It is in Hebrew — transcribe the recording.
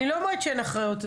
אני לא אומרת שאין אחריות,